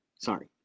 Sorry